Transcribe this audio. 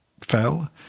fell